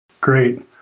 Great